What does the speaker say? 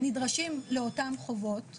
נדרשים לאותן חובות,